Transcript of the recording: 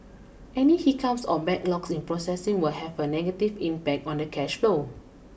any hiccups or backlogs in processing will have a negative impact on the cash flow